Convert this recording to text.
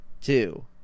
two